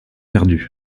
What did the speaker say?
perdus